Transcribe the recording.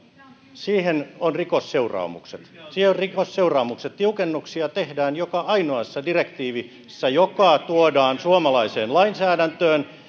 siihen on rikosseuraamukset siihen on rikosseuraamukset tiukennuksia tehdään joka ainoassa direktiivissä joka tuodaan suomalaiseen lainsäädäntöön